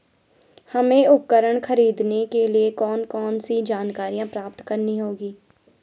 हमें उपकरण खरीदने के लिए कौन कौन सी जानकारियां प्राप्त करनी होगी?